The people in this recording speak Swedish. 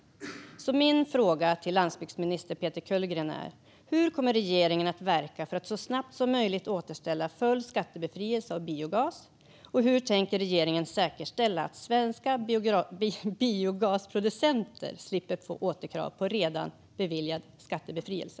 Därför är min fråga till landsbygdsminister Peter Kullgren hur regeringen kommer att verka för att så snabbt som möjligt återställa full skattebefrielse av biogas och hur regeringen tänker säkerställa att svenska biogasproducenter slipper få återkrav på redan beviljad skattebefrielse.